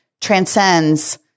transcends